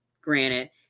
granted